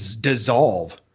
dissolve